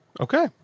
Okay